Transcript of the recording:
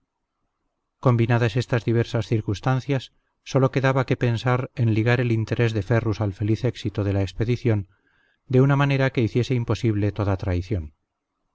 combinadas estas diversas circunstancias sólo quedaba que pensar en ligar el interés de ferrus al feliz éxito de la expedición de una manera que hiciese imposible toda traición